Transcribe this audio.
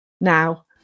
Now